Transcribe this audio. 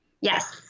Yes